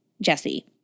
Jesse